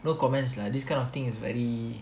no comments lah this kind of thing is very